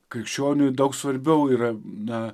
krikščioniui daug svarbiau yra na